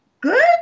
good